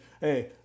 hey